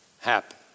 happen